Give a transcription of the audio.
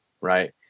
right